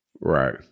Right